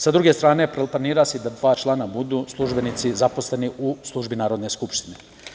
Sa druge strane, planira se i da dva člana budu službenici, zaposleni u službi Narodne skupštine.